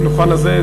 הדוכן הזה,